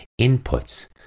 inputs